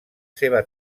seva